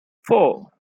four